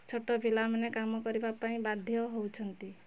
ଛୋଟ ପିଲାମାନେ କାମ କରିବା ପାଇଁ ବାଧ୍ୟ ହେଉଛନ୍ତି